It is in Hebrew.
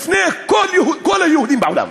לפני כל היהודים בעולם.